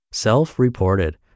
Self-Reported